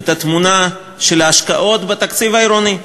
את התמונה של ההשקעות בתקציב העירוני.